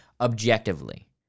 objectively